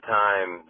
time